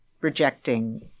rejecting